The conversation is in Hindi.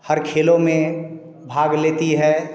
हर खेलों में भाग लेती हैं